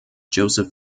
joseph